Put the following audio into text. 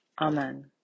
Amen